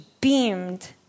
beamed